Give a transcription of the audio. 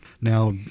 Now